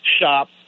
shop